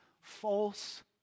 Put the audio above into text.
false